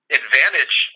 advantage